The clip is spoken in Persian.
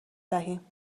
دهیم